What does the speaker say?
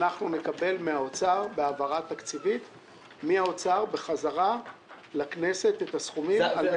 נקבל מהאוצר בהעברה תקציבית בחזרה לכנסת את הסכומים.